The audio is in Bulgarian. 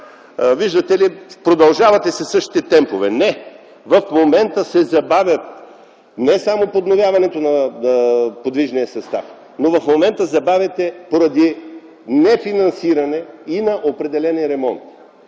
виждате ли, продължавате със същите темпове. Не, в момента се забавя не само подновяването на подвижния състав, но в момента се забавяте, поради нефинансиране на определени ремонти.